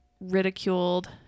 ridiculed